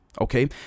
Okay